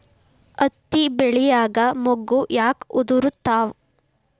ಹತ್ತಿ ಬೆಳಿಯಾಗ ಮೊಗ್ಗು ಯಾಕ್ ಉದುರುತಾವ್?